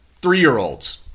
three-year-olds